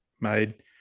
made